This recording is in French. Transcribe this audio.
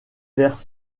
verts